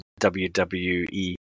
WWE